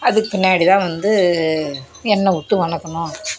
அதுக்கு பின்னாடிதான் வந்து எண்ணெய் விட்டு வதக்கணும்